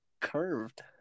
curved